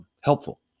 helpful